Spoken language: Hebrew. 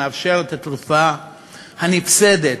שמאפשרת את התוצאה הנפסדת,